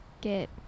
get